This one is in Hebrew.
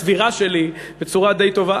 הסבירה שלי בצורה די טובה.